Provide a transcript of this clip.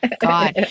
God